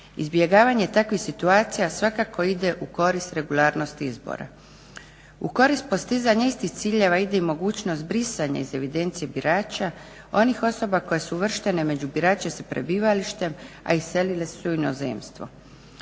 Izbjegavanje takvih situacija svakako ide u korist regularnosti izbora. U korist postizanja istih ciljeva ide i mogućnost brisanja iz evidencije birača onih osoba koje su uvrštene među birače sa prebivalištem, a iselile su se u inozemstvo.